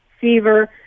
fever